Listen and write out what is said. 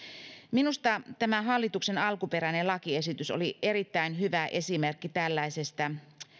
minusta tämä hallituksen alkuperäinen lakiesitys oli erittäin hyvä esimerkki tällaisesta